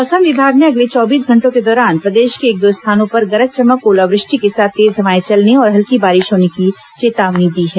मौसम विभाग ने अगले चौबीस घंटों के दौरान प्रदेश के एक दो स्थानों पर गरज चमक ओला वृष्टि के साथ तेज हवाएं चलने और हल्की बारिश होने की चेतावनी दी है